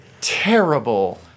terrible